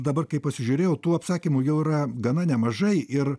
dabar kai pasižiūrėjau tų apsakymų jau yra gana nemažai ir